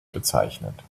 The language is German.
bezeichnet